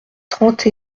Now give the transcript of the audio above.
trente